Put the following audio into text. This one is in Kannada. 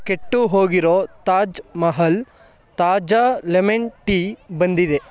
ಕೆಟ್ಟು ಹೋಗಿರೋ ತಾಜ್ ಮಹಲ್ ತಾಜಾ ಲೆಮನ್ ಟೀ ಬಂದಿದೆ